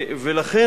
ולכן,